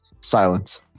silence